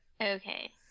Okay